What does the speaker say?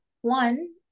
One